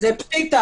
הדין הפלילי,